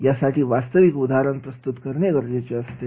यासाठी वास्तविक उदाहरण प्रस्तुत करणे गरजेचे असते